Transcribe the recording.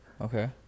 okay